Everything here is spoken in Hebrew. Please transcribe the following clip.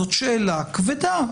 זו שאלה כבדה.